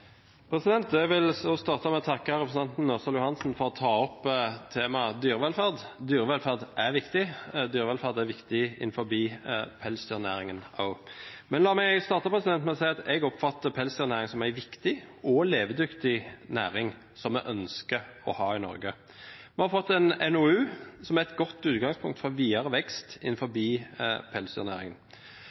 Ørsal Johansen for å ta opp temaet dyrevelferd. Dyrevelferd er viktig, dyrevelferd er viktig innenfor pelsdyrnæringen også. La meg starte med å si at jeg oppfatter pelsdyrnæringen som en viktig og levedyktig næring som vi ønsker å ha i Norge. Vi har fått en NOU som er et godt utgangspunkt for videre vekst innenfor pelsdyrnæringen.